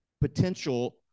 Potential